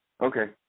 Okay